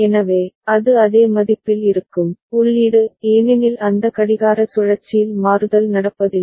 எனவே அது அதே மதிப்பில் இருக்கும் உள்ளீடு ஏனெனில் அந்த கடிகார சுழற்சியில் மாறுதல் நடப்பதில்லை